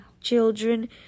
children